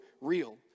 real